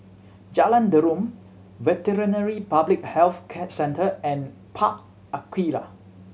Jalan Derum Veterinary Public Health Centre and Park Aquaria